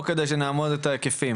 או כדי שנאמוד את ההיקפים?